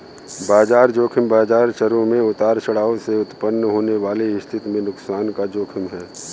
बाजार ज़ोखिम बाजार चरों में उतार चढ़ाव से उत्पन्न होने वाली स्थिति में नुकसान का जोखिम है